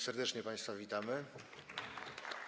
Serdecznie państwa witamy.